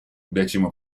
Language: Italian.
decimo